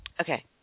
okay